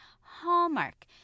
hallmark